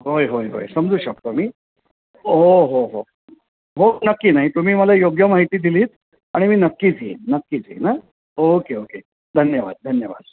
होय होय होय समजू शकतो मी हो हो हो हो नक्की नाही तुम्ही मला योग्य माहिती दिलीत आणि मी नक्कीच येईन नक्कीच येईन हां ओके ओके धन्यवाद धन्यवाद